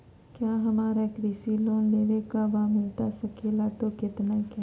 क्या हमारा कृषि लोन लेवे का बा मिलता सके ला तो कितना के?